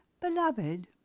Beloved